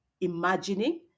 imagining